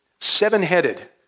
seven-headed